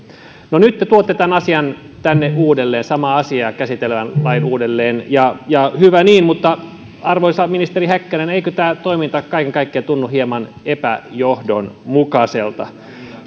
no nyt te tuotte tämän asian tänne uudelleen samaa asiaa vain käsitellään uudelleen ja ja hyvä niin mutta arvoisa ministeri häkkänen eikö tämä toiminta kaiken kaikkiaan tunnu hieman epäjohdonmukaiselta